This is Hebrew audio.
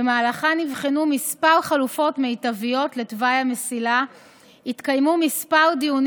במהלכן נבחנו כמה חלופות מיטביות לתוואי המסילה והתקיימו כמה דיונים